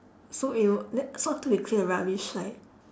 so it will the~ so after we clear the rubbish like